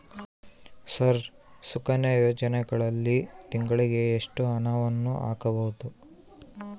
Sir Sukanya ಯೋಜನೆಯಲ್ಲಿ ತಿಂಗಳಿಗೆ ಎಷ್ಟು ಹಣವನ್ನು ಹಾಕಬಹುದು?